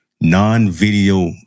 non-video